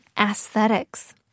aesthetics